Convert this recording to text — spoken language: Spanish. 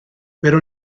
pero